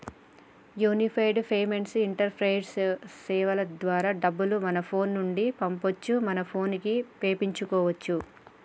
unified payments interface సేవల ద్వారా డబ్బులు మన ఫోను నుండి పంపొచ్చు మన పోనుకి వేపించుకోచ్చు